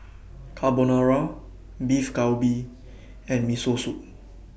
Carbonara Beef Galbi and Miso Soup